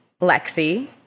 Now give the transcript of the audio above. Lexi